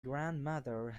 grandmother